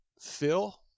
Phil